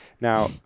Now